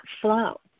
flow